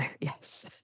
yes